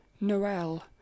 Noel